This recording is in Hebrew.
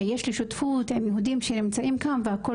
שיש לי שותפות עם יהודים שנמצאים כאן והכול